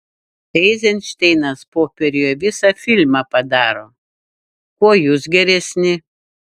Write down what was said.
eizenšteinas popieriuje visą filmą padaro kuo jūs geresni